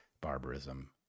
barbarism